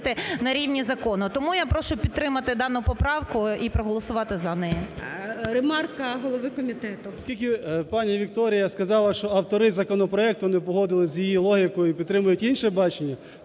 Ремарка голови комітету.